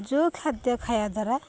ଯେଉଁ ଖାଦ୍ୟ ଖାଇବା ଦ୍ୱାରା